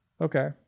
Okay